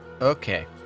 Okay